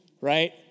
Right